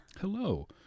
Hello